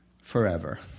forever